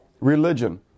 Religion